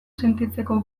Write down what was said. sentitzeko